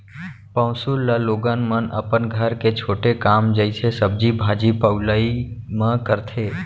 पौंसुल ल लोगन मन अपन घर के छोटे काम जइसे सब्जी भाजी पउलई म करथे